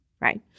right